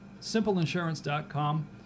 simpleinsurance.com